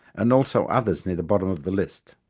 and also others near the bottom of the list?